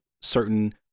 certain